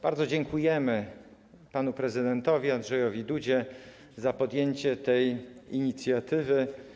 Bardzo dziękujemy panu prezydentowi Andrzejowi Dudzie za podjęcie tej inicjatywy.